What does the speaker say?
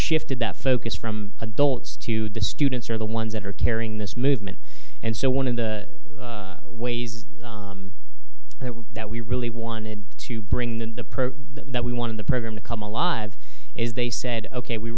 shifted that focus from adults to the students are the ones that are carrying this movement and so one of the ways that we really wanted to bring the that we wanted the program to come alive is they said ok we